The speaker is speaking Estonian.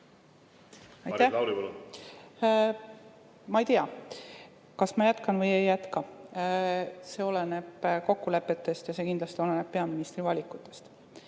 Ma ei tea, kas ma jätkan või ei jätka. See oleneb kokkulepetest ja see kindlasti oleneb peaministri valikutest.